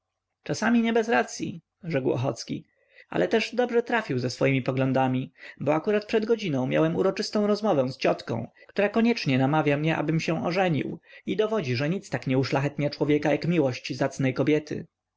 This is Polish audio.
czasami nie bez racyi rzekł ochocki ale też dobrze trafił ze swemi poglądami bo akurat przed godziną miałem uroczystą rozmowę z ciotką która koniecznie namawia mnie abym się żenił i dowodzi że nic tak nie uszlachetnia człowieka jak miłość zacnej kobiety